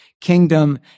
kingdom